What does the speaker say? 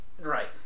Right